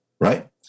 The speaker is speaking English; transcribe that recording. right